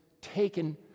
taken